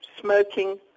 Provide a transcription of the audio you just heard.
smoking